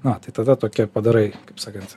na tai tada tokia padarai kaip sakant